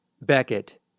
Beckett